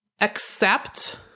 accept